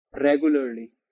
regularly